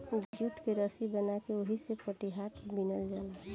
jute के रसी बना के ओहिसे पटिहाट बिनल जाला